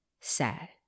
sad